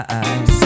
eyes